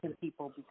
people